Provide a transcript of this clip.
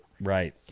Right